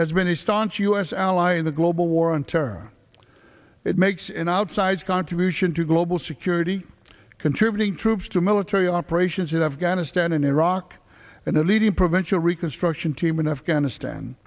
has been a staunch u s ally in the global war on terror it makes an outsized contribution to global security contributing troops to military operations in afghanistan and iraq and a leading provincial reconstruction team in afghanistan